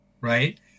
right